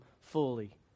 fully